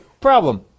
problem